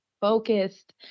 focused